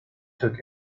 took